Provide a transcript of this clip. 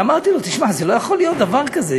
ואמרתי לו: תשמע, לא יכול להיות דבר כזה.